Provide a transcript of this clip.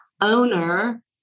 owner